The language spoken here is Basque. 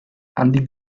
handik